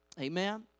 Amen